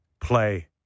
play